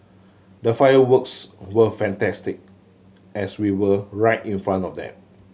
the fireworks were fantastic as we were right in front of them